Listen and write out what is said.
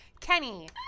Kenny